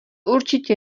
určitě